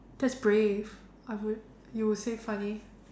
that's brave I would you would say funny